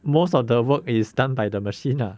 most of the work is done by the machine lah